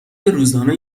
روزانه